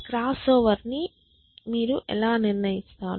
క్రాస్ఓవర్ను మీరు ఎలా నిర్ణయిస్తారు